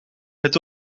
het